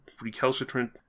recalcitrant